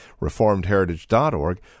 reformedheritage.org